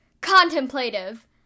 contemplative